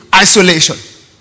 isolation